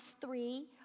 three